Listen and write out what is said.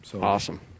Awesome